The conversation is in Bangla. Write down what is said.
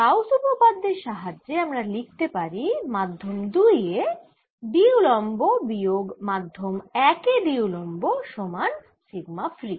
গাউস উপপাদ্যের সাহায্যে আমরা লিখতে পারি মাধ্যম 2 এ D উলম্ব বিয়োগ মাধ্যম 1 এ D উলম্ব সমান সিগমা ফ্রী